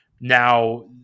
Now